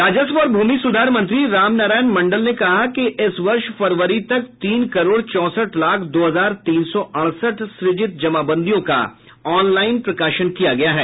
राजस्व और भूमि सुधार मंत्री रामनारायण मंडल ने कहा कि इस वर्ष फरवरी तक तीन करोड़ चौसठ लाख दो हजार तीन सौ अड़सठ सृजित जमाबंदियों का ऑनलाइन प्रकाशन किया गया है